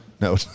No